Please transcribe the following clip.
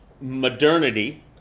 modernity